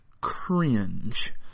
cringe